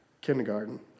kindergarten